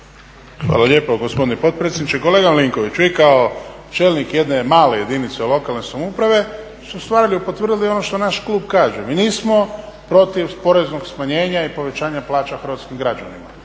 Hvala lijepo gospodine potpredsjedniče. Kolega Milinković vi kao čelnik jedne male jedinice lokalne samouprave ste ustvari potvrdili ono što naš klub kaže. Mi nismo protiv poreznog smanjenja i povećanja plaća hrvatskim građanima,